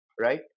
Right